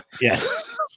Yes